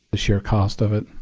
ah sheer cost of it.